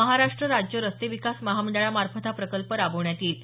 महाराष्ट्र राज्य रस्ते विकास महामंडळामार्फत हा प्रकल्प राबवण्यात येईल